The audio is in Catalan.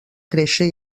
créixer